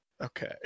Okay